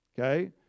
okay